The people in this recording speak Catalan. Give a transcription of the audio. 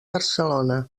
barcelona